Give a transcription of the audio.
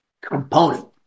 component